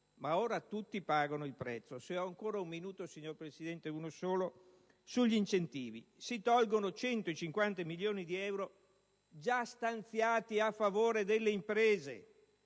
ma ora tutti pagano il prezzo. Se ho ancora un minuto, signora Presidente, uno solo, vorrei dire qualcosa sugli incentivi. Si tolgono 150 milioni di euro già stanziati a favore delle imprese